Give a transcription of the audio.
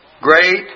great